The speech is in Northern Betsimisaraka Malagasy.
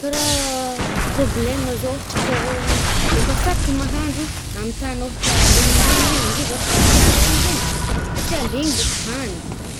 Kà raha problème zao ôhatro kô oh, mampasarotry mahandro amy tagny ôhatra legnilengy regny, ôhatra agnaty ala regny zay, satrià legny bôko tagny.